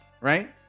Right